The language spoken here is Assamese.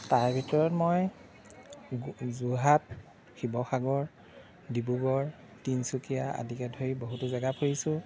তাৰ ভিতৰত মই যোৰহাট শিৱসাগৰ ডিব্ৰুগড় তিনিচুকীয়া আদিকে ধৰি বহুতো জেগা ফুৰিছোঁ